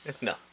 no